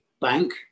bank